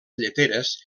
lleteres